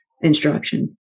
instruction